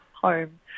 home